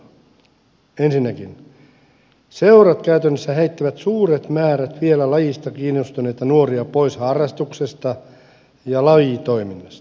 ensinnäkin seurat käytännössä heittävät suuret määrät vielä lajista kiinnostuneita nuoria pois harrastuksesta ja lajitoiminnasta